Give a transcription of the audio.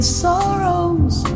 sorrows